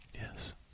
Yes